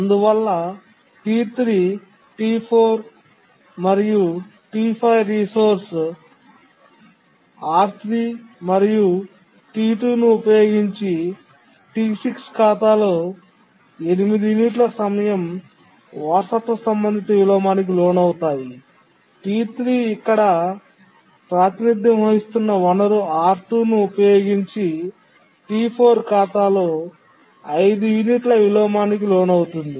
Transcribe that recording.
అందువల్ల T3 T4 మరియు T5 resource R3 మరియు T2 ను ఉపయోగించి T6 ఖాతాలో 8 యూనిట్ల సమయం వారసత్వ సంబంధిత విలోమానికి లోనవుతాయి T3 ఇక్కడ ప్రాతినిధ్యం వహిస్తున్న వనరు R2 ను ఉపయోగించి T4 ఖాతాలో 5 యూనిట్ల విలోమానికి లోనవుతుంది